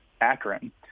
Akron